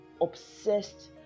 obsessed